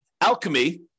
Alchemy